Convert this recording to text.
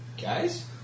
Guys